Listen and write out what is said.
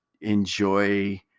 enjoy